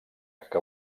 que